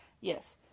Yes